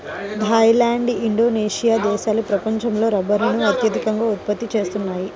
Thai land, Indonesia దేశాలు ప్రపంచంలో రబ్బరును అత్యధికంగా ఉత్పత్తి చేస్తున్నాయి